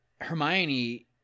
Hermione